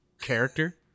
character